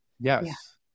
Yes